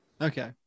Okay